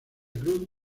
cruz